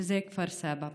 שזה כפר סבא,